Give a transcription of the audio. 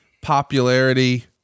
popularity